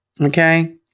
Okay